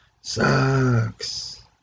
sucks